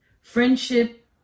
Friendship